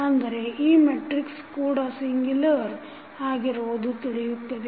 ಅಂದರೆ ಈ ಮೆಟ್ರಿಕ್ಸ ಕೂಡ ಸಿಂಗ್ಯುಲರ್ singular ಆಗಿರುವುದು ತಿಳಿಯುತ್ತದೆ